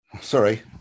sorry